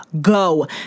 go